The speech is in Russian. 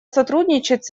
сотрудничать